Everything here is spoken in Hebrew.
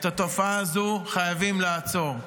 את התופעה הזו חייבים לעצור.